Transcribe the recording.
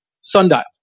sundial